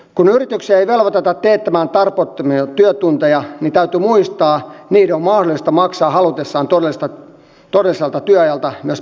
kun yrityksiä ei velvoiteta teettämään tarpeettomia työtunteja niin täytyy muistaa että niiden on mahdollista maksaa halutessaan todelliselta työajalta myös parempaa palkkaa